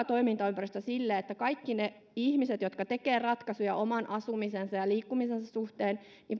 toimintaympäristö sille että kaikki ne ihmiset jotka tekevät ratkaisuja oman asumisensa ja liikkumisensa suhteen